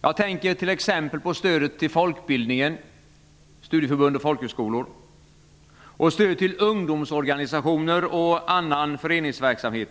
Jag tänker t.ex. på stödet till folkbildningen - studieförbund och folkhögskolor - samt stödet till ungdomsorganisationer och annan föreningsverksamhet.